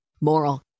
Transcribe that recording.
moral